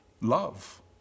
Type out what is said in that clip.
Love